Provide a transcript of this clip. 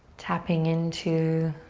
tapping into